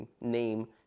name